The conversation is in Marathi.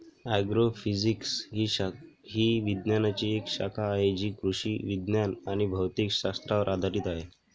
ॲग्रोफिजिक्स ही विज्ञानाची एक शाखा आहे जी कृषी विज्ञान आणि भौतिक शास्त्रावर आधारित आहे